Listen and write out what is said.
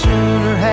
Sooner